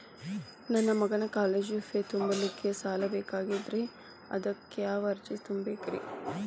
ನನ್ನ ಮಗನ college fee ತುಂಬಲಿಕ್ಕೆ ಸಾಲ ಬೇಕಾಗೆದ್ರಿ ಅದಕ್ಯಾವ ಅರ್ಜಿ ತುಂಬೇಕ್ರಿ?